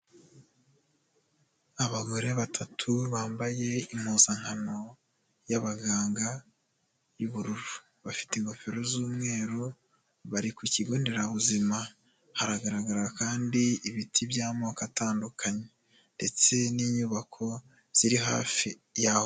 Abagore batatu bambaye impuzankano y'abaganga y'ubururu, bafite ingofero z'umweru bari ku kigo nderabuzima, haragaragara kandi ibiti by'amoko atandukanye ndetse n'inyubako ziri hafi yaho.